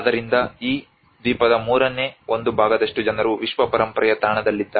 ಆದ್ದರಿಂದ ಈ ದ್ವೀಪದ ಮೂರನೇ ಒಂದು ಭಾಗದಷ್ಟು ಜನರು ವಿಶ್ವ ಪರಂಪರೆಯ ತಾಣದಲ್ಲಿದ್ದಾರೆ